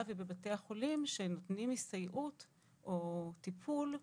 ובבתי החולים שהם נותנים הסתייעות או טיפול,